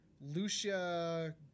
Lucia